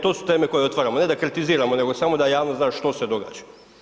To su teme koje otvaramo, ne da kritiziramo nego samo da javnost zna što se događa.